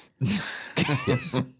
Yes